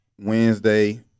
Wednesday